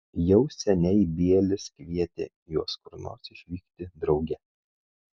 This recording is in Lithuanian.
jau seniai bielis kvietė juos kur nors išvykti drauge